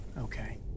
Okay